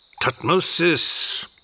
Tutmosis